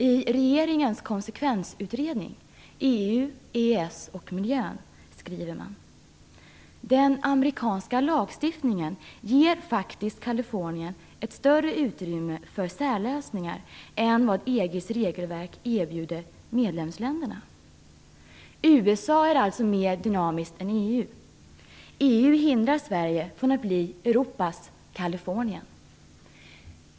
I regeringens konsekvensutredning, EU, EES och miljön, skriver man: Den amerikanska lagstiftningen ger faktiskt Kalifornien ett större utrymme för särlösningar än vad EG:s regelverk erbjuder medlemsländerna. USA är alltså mer dynamiskt än EU. EU hindrar Sverige från att bli Europas Kalifornien.